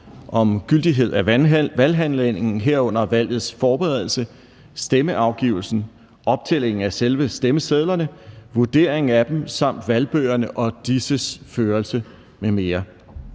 om gyldighed af valghandlingen, herunder valgets forberedelse, stemmeafgivelsen, optællingen af selve stemmesedlerne, vurderingen af dem samt valgbøgerne og disses førelse m.m.